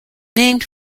named